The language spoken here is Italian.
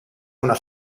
una